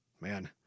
Man